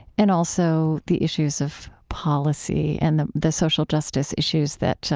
and also the issues of policy and the the social justice issues that